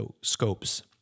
Scopes